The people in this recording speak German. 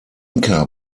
inka